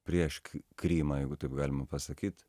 prieš krymą jeigu taip galima pasakyt